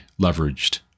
leveraged